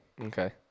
Okay